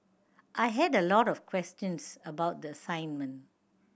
I had a lot of questions about the assignment